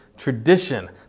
Tradition